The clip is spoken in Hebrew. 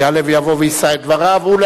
יעלה ויבוא ויישא את דבריו.